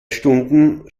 stunden